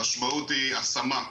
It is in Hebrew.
המשמעות היא השמה.